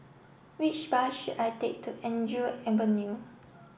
which bus should I take to Andrew Avenue